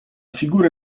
figura